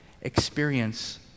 experience